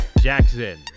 Jackson